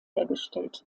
hergestellt